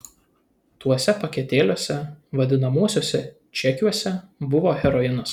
tuose paketėliuose vadinamuosiuose čekiuose buvo heroinas